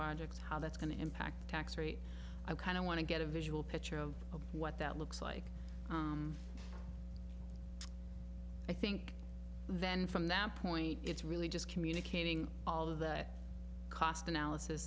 projects how that's going to impact tax rate i kind of want to get a visual picture of what that looks like i think then from that point it's really just communicating all of that cost analysis